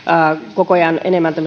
koko ajan